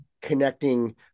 connecting